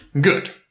Good